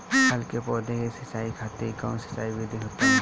फल के पौधो के सिंचाई खातिर कउन सिंचाई विधि उत्तम होखेला?